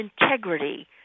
integrity